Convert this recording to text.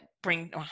bring